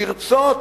לרצות